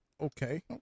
Okay